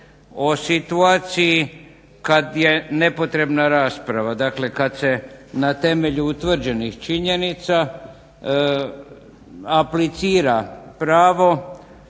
o situaciji kad je nepotrebna rasprava, dakle kad se na temelju utvrđenih činjenica aplicira pravo